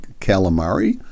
calamari